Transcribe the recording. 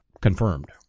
confirmed